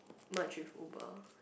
merge with Uber